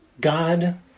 God